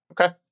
Okay